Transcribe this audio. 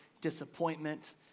disappointment